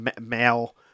male